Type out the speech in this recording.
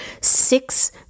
six